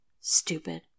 Stupid